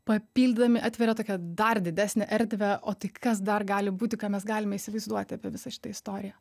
papildydami atveria tokią dar didesnę erdvę o tai kas dar gali būti ką mes galime įsivaizduoti apie visą šitą istoriją